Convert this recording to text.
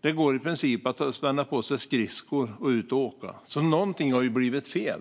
det går i princip att spänna på sig skridskor och ge sig ut och åka. Någonting har blivit fel.